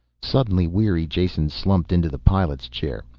suddenly weary, jason slumped into the pilot's chair.